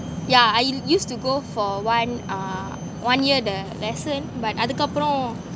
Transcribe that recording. yeah I used to go for one uh one year the lesson but அதுக்கப்பறோம்:athukapporoam